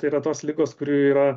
tai yra tos ligos kurių yra